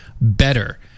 better